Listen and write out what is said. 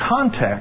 context